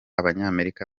abanyamerika